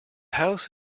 house